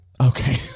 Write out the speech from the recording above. Okay